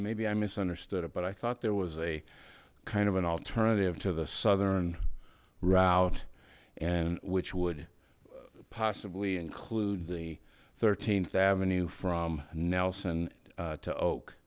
maybe i misunderstood it but i thought there was a kind of an alternative to the southern route and which would possibly include the th avenue from nelson to oak